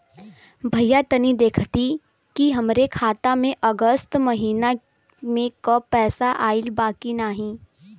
भईया तनि देखती की हमरे खाता मे अगस्त महीना में क पैसा आईल बा की ना?